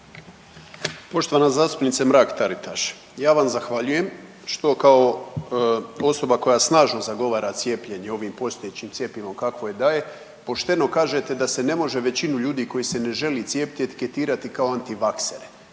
Poštovana zastupnice Mrak Taritaš ja vam zahvaljujem što kao osoba koja snažno zagovara cijepljenje ovim postojećim cjepivom kakvo je da je, pošteno kažete da se ne može većinu ljudi koji se ne žele cijepiti etiketirati kao antivaksere,